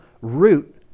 root